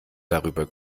darüber